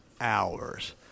hours